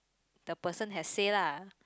the person has say lah